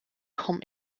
comme